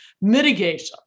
Mitigation